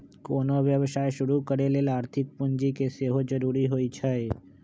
कोनो व्यवसाय शुरू करे लेल आर्थिक पूजी के सेहो जरूरी होइ छै